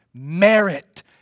merit